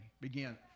begin